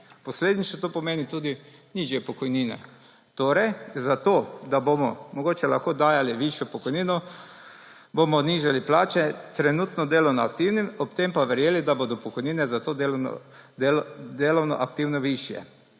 Posledično to pomeni tudi nižje pokojnine. Torej zato da bomo mogoče lahko dajali višjo pokojnino, bomo nižali plače trenutno delovno aktivnim, ob tem pa verjeli, da bodo zato pokojnine za delovno aktivne višje.